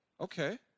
okay